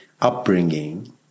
upbringing